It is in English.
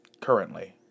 currently